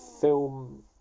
film